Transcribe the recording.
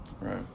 Right